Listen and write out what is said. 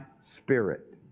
spirit